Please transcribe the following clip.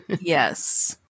Yes